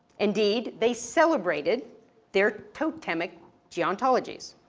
indeed, they celebrated their totemic geontologies.